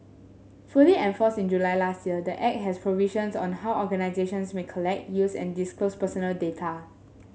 fully enforced in July last year the Act has provisions on how organisations may collect use and disclose personal data